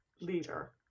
leader